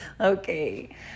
Okay